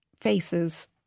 faces